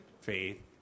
faith